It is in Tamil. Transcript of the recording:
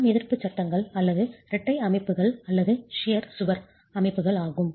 கணம் எதிர்ப்பு சட்டங்கள் அல்லது இரட்டை அமைப்புகள் அல்லது ஷியர் கத்தரிப்பது சுவர் அமைப்புகள் ஆகும்